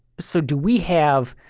so do we have